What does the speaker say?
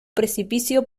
precipicio